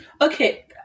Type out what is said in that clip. okay